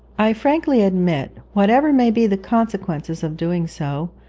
i frankly admit, whatever may be the consequences of doing so,